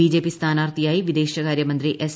BJP സ്ഥാനാർത്ഥിയായി വിദേശകാര്യമന്ത്രി S